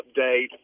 update